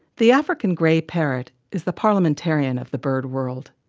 the african grey parrot is the parliamentarian of the bird world.